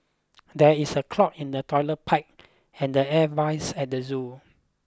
there is a clog in the toilet pipe and the air vines at the zoo